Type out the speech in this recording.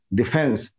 defense